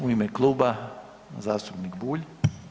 U ime kluba zastupnik Bulj.